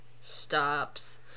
stops